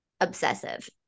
obsessive